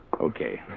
Okay